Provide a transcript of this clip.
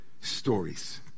stories